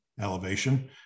elevation